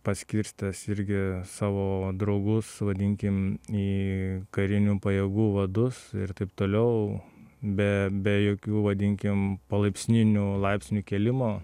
paskirstęs irgi savo draugus vadinkim į karinių pajėgų vadus ir taip toliau be be jokių vadinkim palaipsninių laipsnių kėlimo